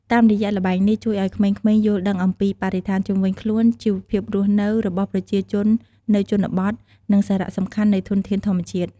តាមរយះល្បែងនេះជួយឱ្យក្មេងៗយល់ដឹងអំពីបរិស្ថានជុំវិញខ្លួន ជីវភាពរស់នៅរបស់ប្រជាជននៅជនបទ និងសារៈសំខាន់នៃធនធានធម្មជាតិ។